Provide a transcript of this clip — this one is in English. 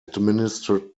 administrative